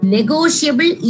Negotiable